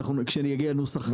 כשאני אגיע לנוסח.